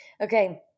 Okay